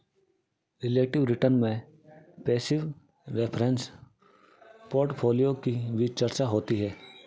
relative return में passive reference portfolio की भी चर्चा होती है